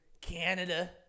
Canada